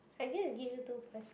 I need to give you two first